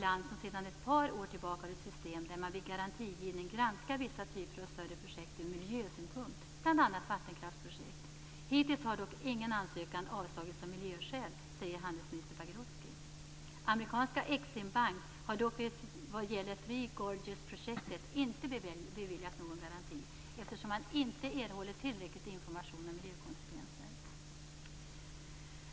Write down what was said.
USA har sedan ett par år tillbaka ett system som innebär att man vid garantigivning granskar vissa större projekt ur miljösynpunkt, bl.a. vattenkraftsprojekt. Hittills har dock ingen ansökan avslagits av miljöskäl, säger handelsminister Pagrotsky. Den amerikanska Eximbank har emellertid vad gäller Three Gorges-projektet inte beviljat någon garanti, eftersom man inte erhållit tillräcklig information om miljökonsekvenser.